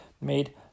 made